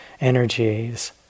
energies